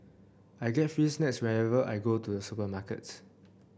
I get free snacks whenever I go to the supermarkets